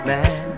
Man